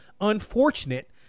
unfortunate